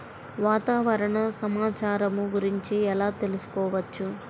వాతావరణ సమాచారము గురించి ఎలా తెలుకుసుకోవచ్చు?